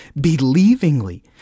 believingly